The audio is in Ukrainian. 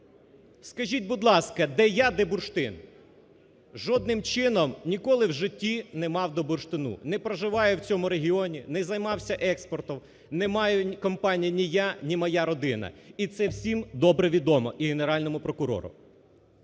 Скажіть, будь ласка, де я, де бурштин? Жодним чином ніколи в житті не мав до бурштину, ні проживаю в цьому регіоні, не займався експортом, не маю компаній ні я, ні моя родина і це всім добре відомо, і Генеральному прокурору.